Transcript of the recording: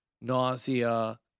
nausea